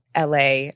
LA